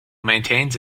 maintains